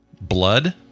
blood